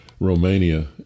Romania